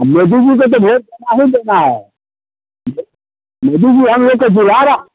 मोदी जी को तो बोट देना ही देना है मोदी जी हम लोग को जिला रहा